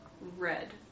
red